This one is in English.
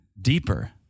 deeper